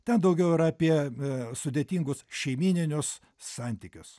ten daugiau yra apie sudėtingus šeimyninius santykius